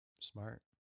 smart